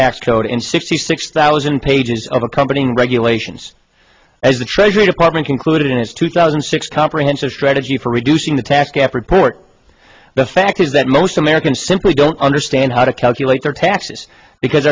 tax code and sixty six thousand pages of accompanying regulations as the treasury department concluded in his two thousand and six comprehensive strategy for reducing the task effort the fact is that most americans simply don't understand how to calculate their taxes because